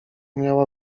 miała